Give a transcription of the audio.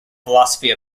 philosophy